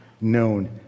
known